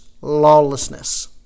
lawlessness